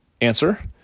answer